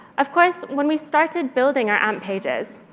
of course, when we started building our amp pages,